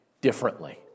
differently